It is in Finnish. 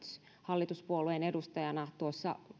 hallituspuolueen edustajana